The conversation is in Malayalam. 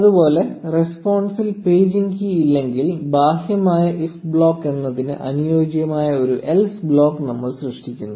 അതുപോലെ റെസ്പോൺസ് ൽ പേജിംഗ് കീ ഇല്ലെങ്കിൽ ബാഹ്യമായ if ബ്ലോക്ക് എന്നതിന് അനുയോജ്യമായ ഒരു 'എൽസ് ബ്ലോക്ക് നമ്മൾ സൃഷ്ടിക്കുന്നു